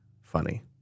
funny